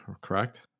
correct